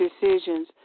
decisions